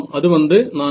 அது வந்து 4